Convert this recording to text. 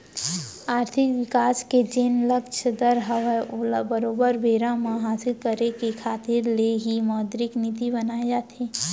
आरथिक बिकास के जेन लक्छ दर हवय ओला बरोबर बेरा म हासिल करे के खातिर ले ही मौद्रिक नीति बनाए जाथे